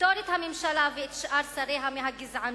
לפטור את הממשלה ואת שאר שריה מהגזענות